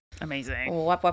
amazing